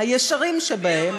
הישרים שבהם.